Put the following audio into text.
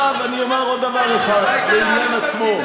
עכשיו, אני אומר עוד דבר אחד לעניין עצמו.